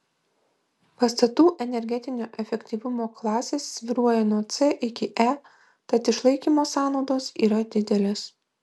pastatų energetinio efektyvumo klasės svyruoja nuo c iki e tad išlaikymo sąnaudos yra didelės